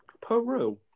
Peru